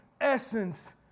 essence